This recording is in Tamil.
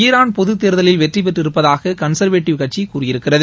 ஈரான் பொது தேர்தலில் வெற்றி பெற்றிருப்பதாக கன்சர்வேட்டிவ் கட்சி கூறியிருக்கிறது